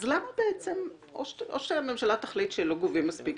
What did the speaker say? אז אולי שהממשלה תחליט שלא גובים מספיק